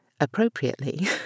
appropriately